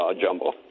jumbo